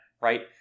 right